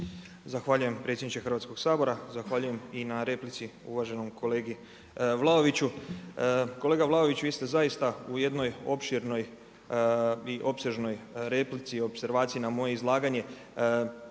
Zahvaljujem predsjedniče Hrvatskog sabora, zahvaljujem i na replici uvaženom kolegi Vlaoviću. Kolega Vlaović, vi ste zaista u jednoj opširnoj i opsežnoj replici, opservaciji na moje izlaganje